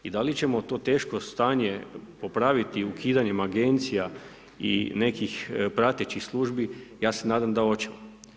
I da li ćemo to teško stanje popraviti ukidanjem agencija i nekih pratećih službi, ja se nadam da hoćemo.